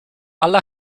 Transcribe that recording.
ala